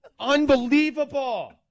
unbelievable